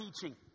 teaching